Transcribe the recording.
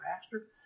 Pastor